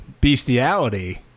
bestiality